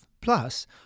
Plus